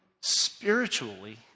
spiritually